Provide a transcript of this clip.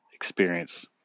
experience